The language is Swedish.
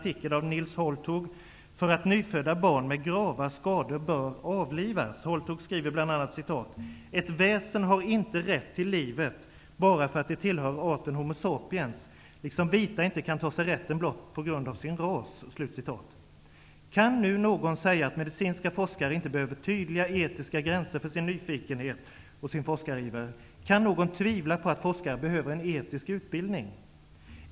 Holtug för att nyfödda barn med grava skador bör avlivas. Holtug skriver bl.a.: ''Ett väsen har inte rätt till livet bara för att det tillhör arten Homo Sapiens, liksom vita inte kan ta sig rätten blott på grund av sin ras''. Kan nu någon säga att medicinska forskare inte behöver tydliga etiska gränser för sin nyfikenhet och forskariver? Kan någon tvivla på att forskare behöver en etisk utbildning?